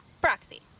proxy